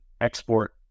export